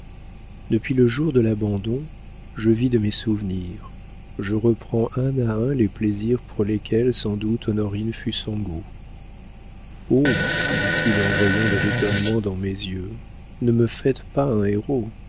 depuis le jour de l'abandon je vis de mes souvenirs je reprends un à un les plaisirs pour lesquels sans doute honorine fut sans goût oh dit-il en voyant de l'étonnement dans mes yeux ne me faites pas un héros